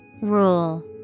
Rule